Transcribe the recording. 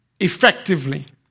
effectively